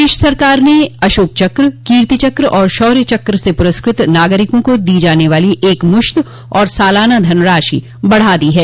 प्रदेश सरकार ने अशोक चक्र कीर्ति चक्र और शौर्य चक्र से प्रस्कृत नागरिकों को दी जाने वाली एकमुश्त और सालाना धनराशि बढ़ा दी है